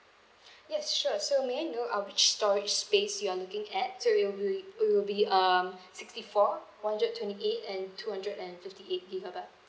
yes sure so may I know uh which storage space you're looking at so it'll be it will be um sixty four one hundred twenty eight and two hundred and fifty eight gigabyte